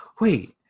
Wait